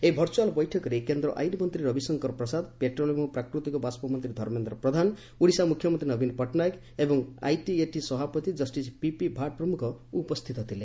ଏହି ଭର୍ଚ୍ଚୁଆଲ୍ ବୈଠକରେ କେନ୍ଦ୍ର ଆଇନ୍ ମନ୍ତ୍ରୀ ରବିଶଙ୍କର ପ୍ରସାଦ ପେଟ୍ରୋଲିୟମ୍ ଓ ପ୍ରାକୃତିକ ବାଷ୍କ ମନ୍ତ୍ରୀ ଧର୍ମେନ୍ଦ୍ର ପ୍ରଧାନ ଓଡ଼ିଶା ମୁଖ୍ୟମନ୍ତ୍ରୀ ନବୀନ ପଟ୍ଟନାୟକ ଏବଂ ଆଇଟିଏଟି ସଭାପତି ଜଷ୍ଟିସ୍ ପିପି ଭାଟ୍ ପ୍ରମୁଖ ଉପସ୍ଥିତ ଥିଲେ